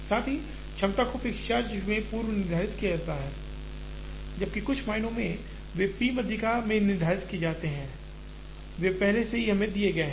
साथ ही क्षमता को फिक्स्ड चार्ज में पूर्व निर्धारित किया जाता है जबकि कुछ मायनों में वे पी माध्यिका में निर्धारित किए जाते हैं वे पहले से ही हमें दिए हैं